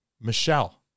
Michelle